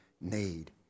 need